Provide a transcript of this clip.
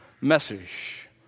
message